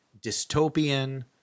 dystopian